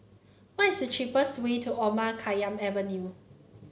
what is the cheapest way to Omar Khayyam Avenue